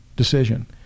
decision